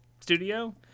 studio